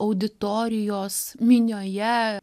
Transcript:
auditorijos minioje